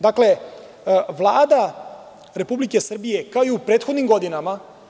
Dakle, Vlada Republike Srbije kao i u prethodnim godinama…